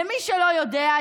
למי שלא יודע,